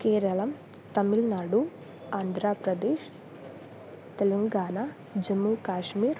केरळं तमिल्नाडु आन्ध्रप्रदेशः तेलङ्गाना जम्मुकाश्मीर्